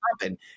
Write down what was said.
happen